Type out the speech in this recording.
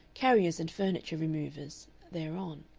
carriers and furniture removers, thereon.